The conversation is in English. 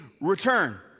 return